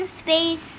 space